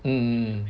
mm mm